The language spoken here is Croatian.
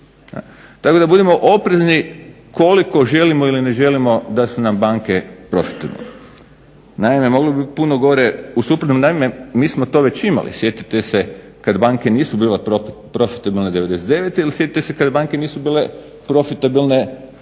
Tako da budemo oprezni koliko želimo ili ne želimo da su nam banke profitabilne. Naime, mogli bi puno gore u suprotnom naime mi smo već to imali sjetite se kada banke nisu bile profitabilne '99. Ili sjetite se kada banke nisu bile profitabilne u